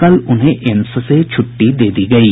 कल उन्हें एम्स से छुट्टी दे दी गयी